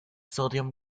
sodium